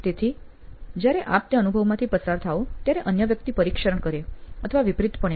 તેથી જયારે આપ તે અનુભવમાંથી પસાર થાઓ ત્યારે અન્ય વ્યક્તિ નિરીક્ષણ કરે અથવા વિપરીત રીતે પણ